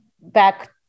back